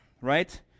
right